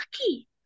lucky